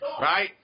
right